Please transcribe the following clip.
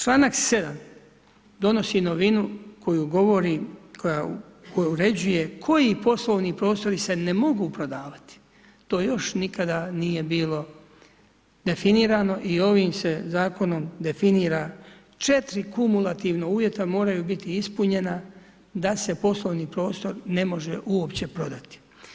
Članak 7. donosi novinu koja govori, koja uređuje koji poslovni prostori se ne mogu prodavati, to još nikada nije bilo definirano i ovim se zakonom definira 4 kumulativna uvjeta moraju biti ispunjena da se poslovni prostor ne može uopće prodati.